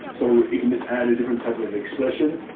so he can just add a different type of expression.